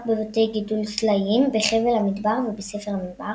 בבתי גידול סלעיים בחבל המדברי ובספר המדבר